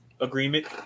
agreement